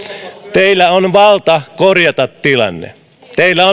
teillä on valta korjata tilanne teillä